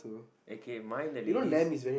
okay mine the lady is